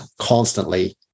constantly